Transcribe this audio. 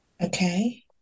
Okay